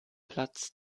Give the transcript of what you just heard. platz